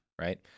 Right